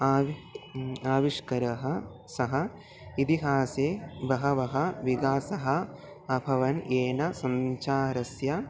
आवि आविष्कारः सः इतिहासे बहवः विकासः अभवन् येन सञ्चारस्य